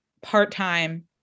part-time